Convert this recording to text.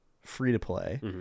free-to-play